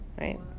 right